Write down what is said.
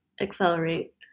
accelerate